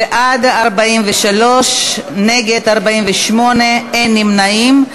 בעד, 43, נגד, 48, אין נמנעים.